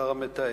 השר המתאם,